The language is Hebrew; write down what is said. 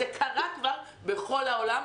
זה קרה כבר בכל העולם,